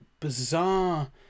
Bizarre